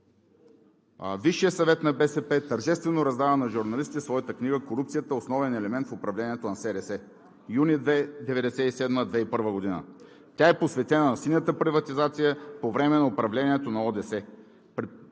Висшият съвет на БСП тържествено раздава на журналисти своята книга „Корупцията – основен елемент в управлението на СДС – юни 1997 – 2001 г.“ Тя е посветена на синята приватизация по време на управлението на ОДС